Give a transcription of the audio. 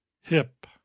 hip